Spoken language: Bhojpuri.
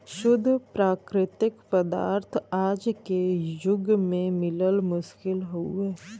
शुद्ध प्राकृतिक पदार्थ आज के जुग में मिलल मुश्किल हउवे